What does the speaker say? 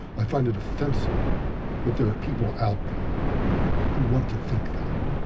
i find it offensive that there are people out there who want to think that.